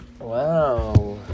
Wow